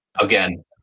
Again